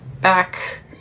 back